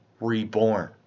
reborn